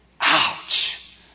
Ouch